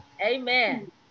Amen